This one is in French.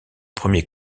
premier